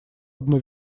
одну